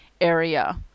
area